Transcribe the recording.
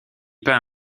peint